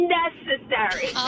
necessary